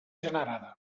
generada